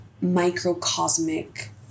microcosmic